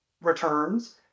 returns